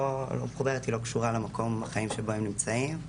מחוברת ולא קשורה למקום בחיים שבו הם נמצאים,